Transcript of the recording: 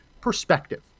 perspective